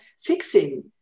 fixing